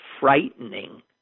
frightening